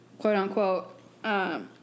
Quote-unquote